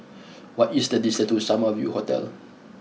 what is the distance to Summer View Hotel